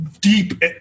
deep